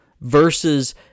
versus